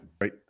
Right